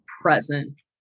present